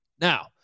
Now